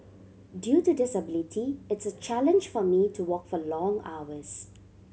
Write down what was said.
due to disability it's a challenge for me to walk for long hours